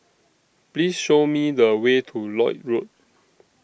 Please Show Me The Way to Lloyd Road